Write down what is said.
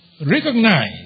Recognize